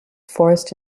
forest